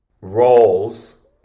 roles